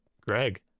greg